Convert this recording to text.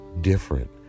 different